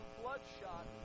bloodshot